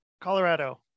Colorado